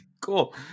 Cool